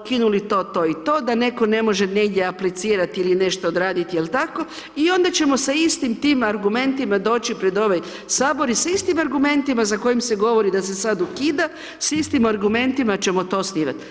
ukinulo to, to i to, da netko ne može negdje aplicirati ili nešto odraditi ili tako i onda ćemo sa istim tim argumentima doći pred ovaj Sabor i sa istim argumentima za kojim se govori da se sad ukida, sa istim argumentima ćemo to osnivat.